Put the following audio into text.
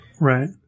Right